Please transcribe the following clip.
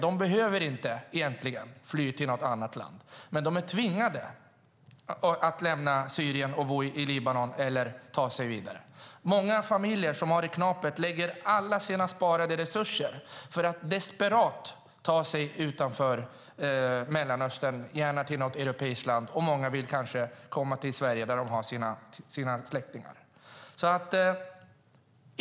De behöver egentligen inte fly till ett annat land, men de är tvingade att lämna Syrien och bo i Libanon eller att ta sig vidare. Många familjer som har det knapert lägger alla sina sparade resurser på att till varje pris ta sig ifrån Mellanöstern, gärna till ett europeiskt land. Många vill komma till Sverige där de har sina släktingar.